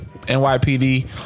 NYPD